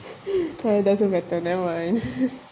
uh it doesn't matter never mind